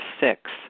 six